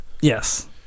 Yes